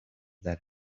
that